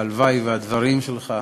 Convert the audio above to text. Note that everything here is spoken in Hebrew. והלוואי שהדברים שלך,